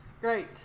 Great